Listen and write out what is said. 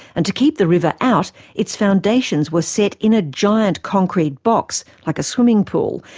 and to keep the river out, its foundations were set in a giant concrete box, like a swimming pool,